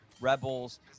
Rebels